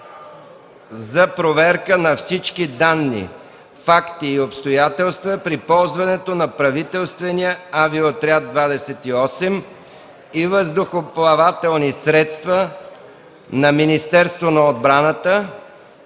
за проверка на всички данни, факти и обстоятелства при ползването на правителствения „Авиоотряд 28” и въздухоплавателни средства на Министерството на отбраната